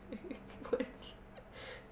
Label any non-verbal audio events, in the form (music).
(laughs) keluar ji~ (laughs)